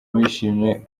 bishimiye